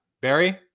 Barry